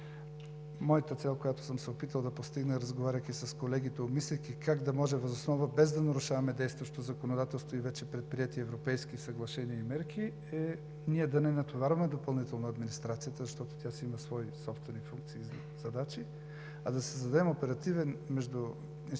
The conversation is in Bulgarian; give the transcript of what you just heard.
Моята цел, която съм се опитвал да постигна, разговаряйки с колегите, обмисляйки как да може, без да нарушаваме действащото законодателство и вече предприети европейски съглашения и мерки, е да не натоварваме допълнително администрацията, защото тя си има свои собствени функции и задачи, а да създадем оперативен междуинституционален